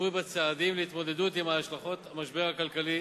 בצעדים להתמודדות עם השלכות המשבר הכלכלי